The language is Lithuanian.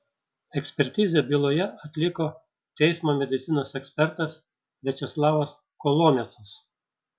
ekspertizę byloje atliko teismo medicinos ekspertas viačeslavas kolomiecas